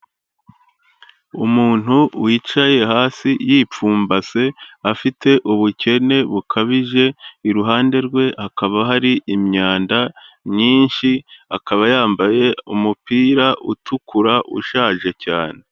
Umuntu wicaye hasi yipfumbase, afite ubukene bukabije, iruhande rwe hakaba hari imyanda myinshi, akaba yambaye umupira utukura ushaje cyane.